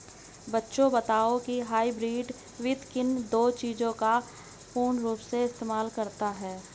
बच्चों बताओ हाइब्रिड वित्त किन दो चीजों का पूर्ण रूप से इस्तेमाल करता है?